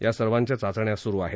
या सर्वांच्या चाचण्या सुरू आहेत